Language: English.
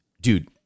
Dude